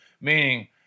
meaning